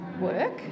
work